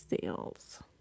sales